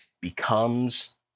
becomes